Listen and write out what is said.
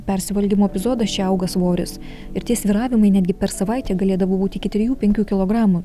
persivalgymo epizodas čia auga svoris ir tie svyravimai netgi per savaitę galėdavo būt iki trijų penkių kilogramų